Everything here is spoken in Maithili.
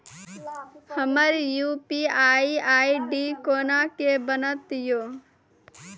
हमर यु.पी.आई आई.डी कोना के बनत यो?